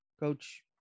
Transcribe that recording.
Coach